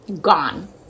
gone